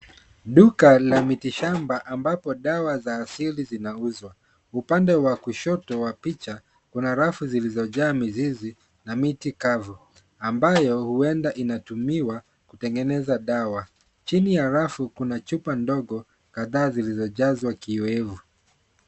Duka la miti shamba ambapo dawa za asili zinauzwa, upande wa kushoto wa picha kuna rafu zilizojaa mizizi na miti kavu ambayo hwenda hutumiwa kutengeza dawa, chini ya rafu kuna chupa ndogo kadhaa zilizojazwa kiyoyevu.